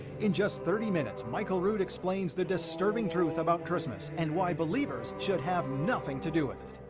in just thirty minutes, michael rood explains the disturbing truth about christmas and why believers should have nothing to do with it.